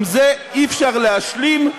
עם זה אי-אפשר להשלים.